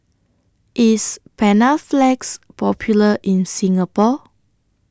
IS Panaflex Popular in Singapore